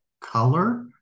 color